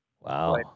Wow